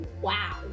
wow